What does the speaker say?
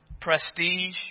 prestige